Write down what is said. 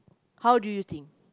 how do you think